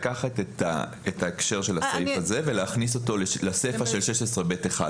לקחת את ההקשר של הסעיף הזה ולהכניס אותו לסיפה של 16(ב)(1).